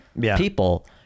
people